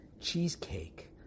cheesecake